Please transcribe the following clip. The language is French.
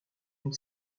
une